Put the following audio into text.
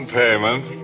payment